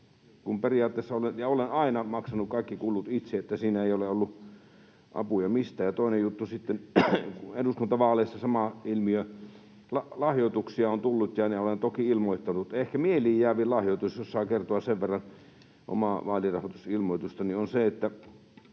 kun periaatteessa olen — ja olen aina — maksanut kaikki kulut itse, että siinä ei ole ollut apuja mistään. Ja toinen juttu sitten, kun eduskuntavaaleissa on ollut sama ilmiö. Lahjoituksia on tullut, ja ne olen toki ilmoittanut. Ehkä mieleen jäävin lahjoitus, jos saan kertoa sen verran omasta vaalirahoitusilmoituksestani, oli se, että